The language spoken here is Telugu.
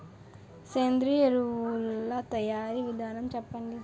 సేంద్రీయ ఎరువుల తయారీ విధానం చెప్పండి?